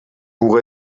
pour